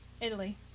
Italy